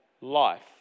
life